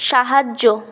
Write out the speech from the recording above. সাহায্য